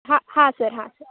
ಹಾಂ ಹಾಂ ಸರ್ ಹಾಂ ಸರ್